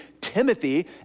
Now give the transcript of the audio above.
Timothy